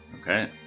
Okay